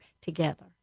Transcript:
together